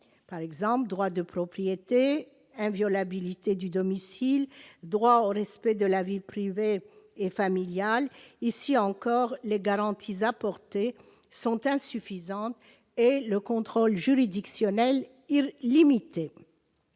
par cette mesure : droit de propriété, inviolabilité du domicile, droit au respect de la vie privée et familiale ... Ici encore, les garanties apportées sont insuffisantes et le contrôle juridictionnel limité.